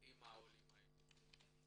עם העולים האלה.